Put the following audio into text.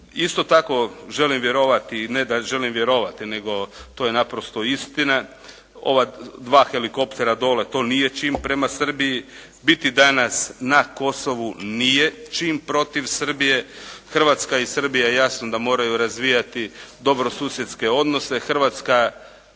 Isto tako želim vjerovati, ne da želim vjerovati nego to je naprosto istina ova dva helikoptera dole to nije čin prema Srbiji. Biti danas na Kosovu nije čin protiv Srbije. Hrvatska i Srbija jasno da moraju razvijati dobrosusjedske odnose. Hrvatska,